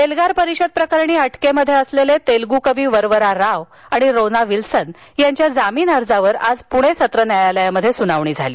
एल्गार परिषद प्रकरणी अटकेत असलेले तेलगू कवी वर्वरा राव आणि रोना विलसन यांच्या जामीन अर्जावर आज पुणे सत्र न्यायालयात सुनावणी झाली